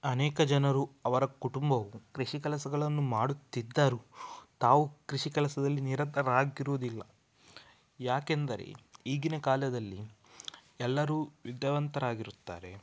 ಅನೇಕ ಜನರು ಅವರ ಕುಟುಂಬವು ಕೃಷಿ ಕೆಲಸಗಳನ್ನು ಮಾಡುತ್ತಿದ್ದರೂ ತಾವು ಕೃಷಿ ಕೆಲಸದಲ್ಲಿ ನಿರತರಾಗಿರುವುದಿಲ್ಲ ಯಾಕೆಂದರೆ ಈಗಿನ ಕಾಲದಲ್ಲಿ ಎಲ್ಲರೂ ವಿದ್ಯಾವಂತರಾಗಿರುತ್ತಾರೆ